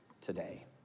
today